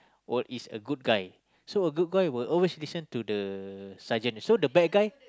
or is a good guy so a good guy will always listen to the sergeant so the bad guy